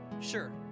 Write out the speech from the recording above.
Sure